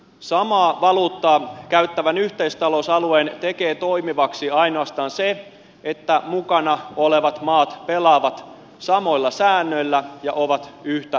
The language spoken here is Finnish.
samaa valuuttaa käyttävän yhteistalousalueen tekee toimivaksi ainoastaan se että mukana olevat maat pelaavat samoilla säännöillä ja ovat yhtä vahvoja